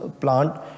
plant